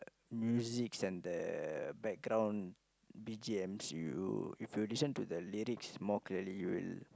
musics and the background B_G_Ms you if you listen to the lyrics more clearly you will